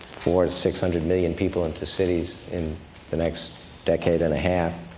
four to six hundred million people into cities in the next decade and a half.